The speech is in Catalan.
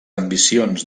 ambicions